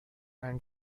and